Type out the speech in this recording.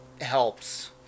helps